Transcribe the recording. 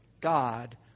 God